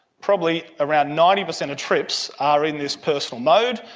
probably around ninety percent of trips are in this personal mode.